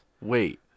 wait